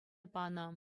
панӑ